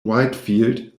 whitefield